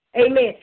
Amen